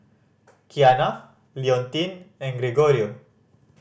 Qiana Leontine and Gregorio